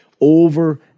over